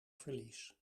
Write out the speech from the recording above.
verlies